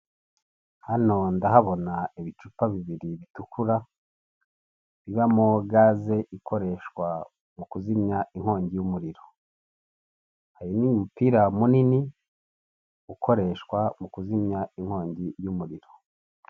Hano ndahabona ibicupa bibiri bitukura, bibamo gaze ikoreshwa mu kuzimya inkongi y'umuriro, hari n’umupira munini ukoreshwa mu kuzimya inkongi y’umuriro.